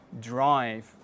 drive